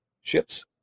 Ships